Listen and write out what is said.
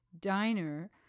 Diner